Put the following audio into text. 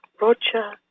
Roger